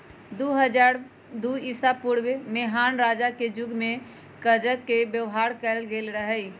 दू हज़ार दू ईसापूर्व में हान रजा के जुग में कागज के व्यवहार कएल गेल रहइ